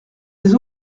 les